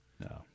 no